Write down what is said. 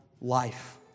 life